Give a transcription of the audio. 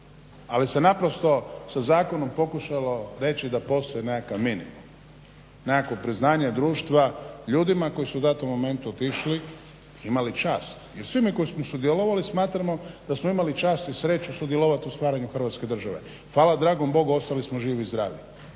Ali se naprosto sa zakonom pokušalo reći da postoji nekakav minimum, nekakvo priznanje društva ljudima koji su u datom momentu otišli i imali čast i svima koji su sudjelovali da smo imali čast i sreću sudjelovati u stvaranju Hrvatske države. Hvala dragom Bogu ostali smo živi i zdravi.